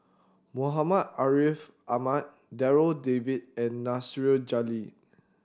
Muhammad Ariff Ahmad Darryl David and Nasir Jalil